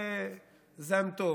יהיה זן טוב,